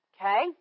Okay